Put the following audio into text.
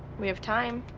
we have time.